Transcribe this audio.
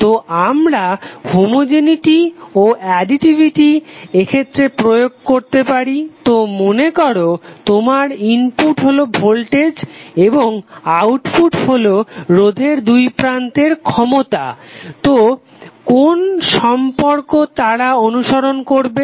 তো আমরা হোমোজেনেটি ও অ্যাডিটিভিটি এক্ষেত্রে প্রয়োগ করতে পারি তো মনে করো তোমার ইনপুট হলো ভোল্টেজ এবং আউটপুট কোনো রোধের দুইপ্রান্তের ক্ষমতা তো কোন সম্পর্ক তারা অনুসরন করবে